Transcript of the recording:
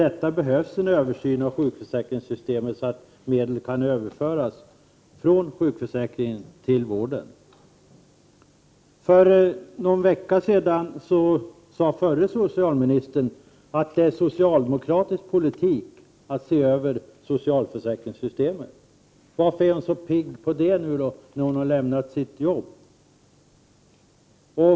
För detta behövs en översyn av sjukförsäkringssystemet så att medel kan överföras från sjukförsäkringen till vården. För någon vecka sedan sade förre socialministern att det är socialdemokratisk politik att se över socialförsäkringssystemet. Varför är hon så pigg på det nu när hon har lämnat sin post?